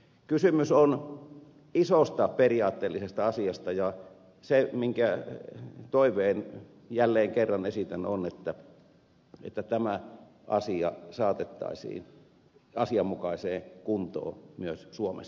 kysymys on isosta periaatteellisesta asiasta ja se toive jonka jälleen kerran esitän on että tämä asia saatettaisiin asianmukaiseen kuntoon myös suomessa